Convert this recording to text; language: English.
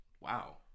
Wow